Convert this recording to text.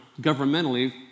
governmentally